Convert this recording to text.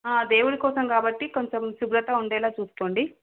దేవుడి కోసం కాబట్టి కొంచెం శుభ్రత ఉండేలా చూసుకోండి